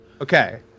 Okay